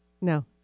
No